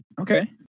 Okay